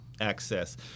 access